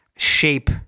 shape